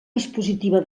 dispositiva